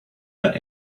let